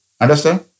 Understand